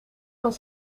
van